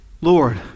Lord